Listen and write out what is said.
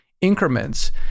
increments